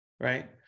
right